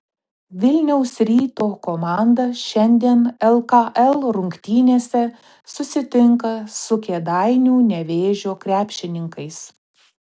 vilniaus ryto komanda šiandien lkl rungtynėse susitinka su kėdainių nevėžio krepšininkais